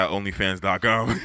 OnlyFans.com